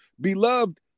beloved